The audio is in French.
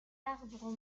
arbres